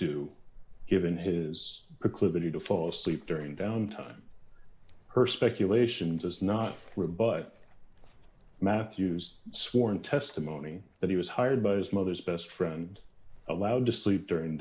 do given his a clue to fall asleep during downtime her speculations as not rebut matthews sworn testimony that he was hired by his mother's best friend allowed to sleep during